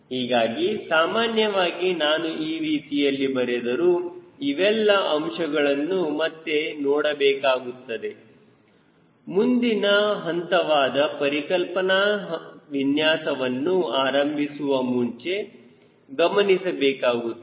ಹೀಗಾಗಿ ಸಾಮಾನ್ಯವಾಗಿ ನಾನು ಈ ರೀತಿಯಲ್ಲಿ ಬರೆದರು ಇವೆಲ್ಲ ಅಂಶಗಳನ್ನು ಮತ್ತೆ ನೋಡಬೇಕಾಗುತ್ತದೆ ಮುಂದಿನ ಹಂತವಾದ ಪರಿಕಲ್ಪನಾ ವಿನ್ಯಾಸವನ್ನು ಆರಂಭಿಸುವ ಮುಂಚೆ ಗಮನಿಸಬೇಕಾಗುತ್ತದೆ